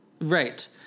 Right